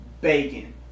Bacon